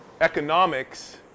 economics